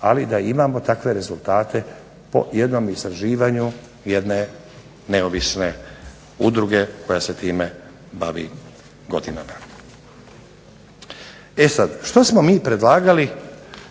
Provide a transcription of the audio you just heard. ali da imamo takve rezultate po jednom istraživanju jedne neovisne udruge koja se time bavi godinama. E sada, što smo mi predlagali